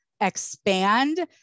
expand